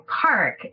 park